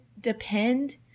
depend